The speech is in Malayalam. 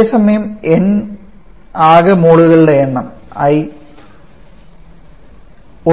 അതേസമയം n ആകെ മോളുകളുടെ എണ്ണം i